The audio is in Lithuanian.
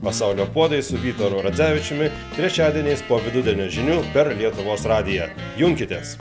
pasaulio puodai su vytaru radzevičiumi trečiadieniais po vidurdienio žinių per lietuvos radiją junkitės